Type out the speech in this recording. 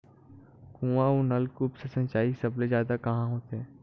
कुआं अउ नलकूप से सिंचाई सबले जादा कहां होथे?